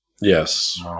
Yes